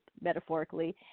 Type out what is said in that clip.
metaphorically